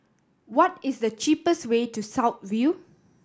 what is the cheapest way to South View